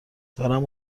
دارم